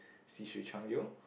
细水长流:Xi Shui Chang Liu